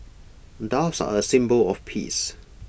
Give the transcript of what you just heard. doves are A symbol of peace